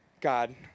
God